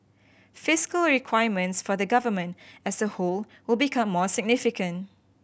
fiscal requirements for the Government as a whole will become more significant